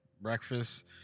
breakfast